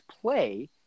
play